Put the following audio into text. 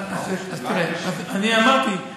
אני אמרתי.